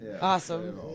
Awesome